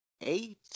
eight